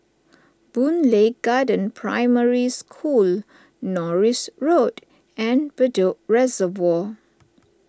Boon Lay Garden Primary School Norris Road and Bedok Reservoir